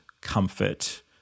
comfort